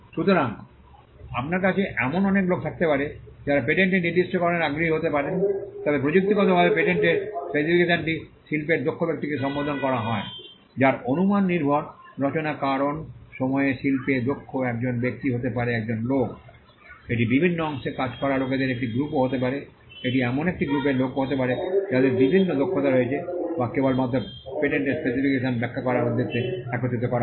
সুতরাং আপনার কাছে এমন অনেক লোক থাকতে পারে যারা পেটেন্টের নির্দিষ্টকরণে আগ্রহী হতে পারেন তবে প্রযুক্তিগতভাবে পেটেন্টের স্পেসিফিকেশনটি শিল্পের দক্ষ ব্যক্তিকে সম্বোধন করা হয় যার অনুমাননির্ভর রচনা কারণ সময়ে শিল্পে দক্ষ একজন ব্যক্তি হতে পারে একদল লোক এটি বিভিন্ন অংশে কাজ করা লোকদের একটি গ্রুপও হতে পারে এটি এমন একটি গ্রুপের লোক হতে পারে যাদের বিভিন্ন দক্ষতা রয়েছে যা কেবলমাত্র পেটেন্টের স্পেসিফিকেশন ব্যাখ্যা করার উদ্দেশ্যে একত্রিত করা হয়